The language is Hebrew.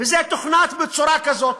וזה תוכנת בצורה כזאת.